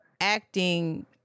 acting